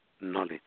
knowledge